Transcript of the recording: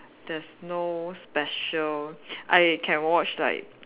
there's no special I can watch like